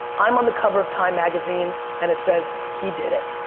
i'm on the cover of time magazine and it says he did it.